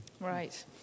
Right